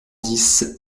dix